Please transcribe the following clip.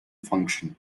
function